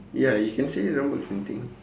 ya you can say thing